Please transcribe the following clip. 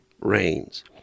rains